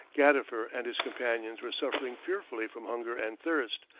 gadifer and his companions were suffering fearfully from hunger and thirst,